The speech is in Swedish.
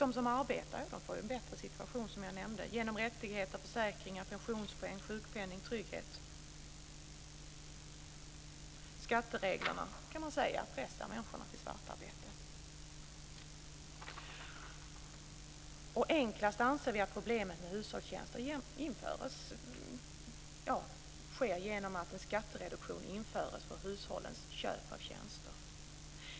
De som arbetar får en bättre situation genom rättigheter, försäkringar, pensionspoäng, sjukpenning och trygghet. Man kan säga att skattereglerna har pressat människorna till svart arbete. Enklast anser vi att problemet med hushållstjänster löses genom att en skattereduktion införs för hushållens köp av tjänster.